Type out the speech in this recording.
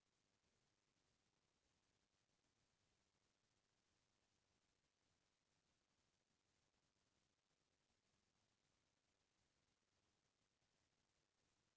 मनसे कंपनी के सेयर ले हवय अउ ओला बीच म बेंचना हे अइसन म परमान पाती म नांव ल चढ़हाय बर होथे